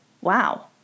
wow